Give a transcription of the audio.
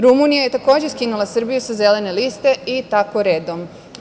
Rumunija je takođe skinula Srbiju sa zelene liste i tako redom.